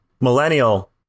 millennial